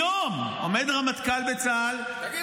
היום עומד רמטכ"ל בצה"ל --- תגיד,